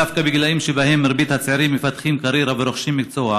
דווקא בגילים שבהם מרבית הצעירים מפתחים קריירה ורוכשים מקצוע,